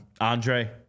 Andre